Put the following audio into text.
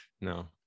No